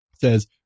says